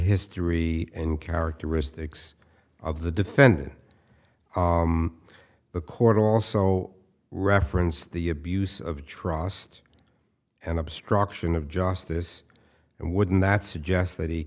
history in characteristics of the defendant the court also referenced the abuse of trust and obstruction of justice and wouldn't that suggest that he